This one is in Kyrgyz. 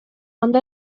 андай